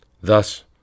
Thus